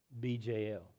BJL